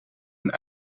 een